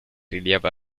rilievo